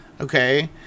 Okay